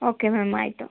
okay ma'am ಆಯಿತು